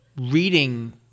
reading